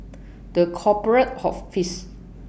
The Corporate Office